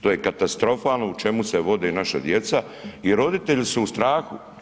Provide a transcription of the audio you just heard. To je katastrofalno u čemu se vode naša djeca i roditelji su u strahu.